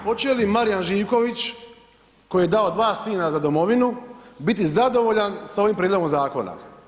Hoće li Marijan Živković, koji je dao dva sina za Domovinu, biti zadovoljan sa ovim prijedlogom Zakona?